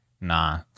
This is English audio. Nah